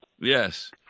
Yes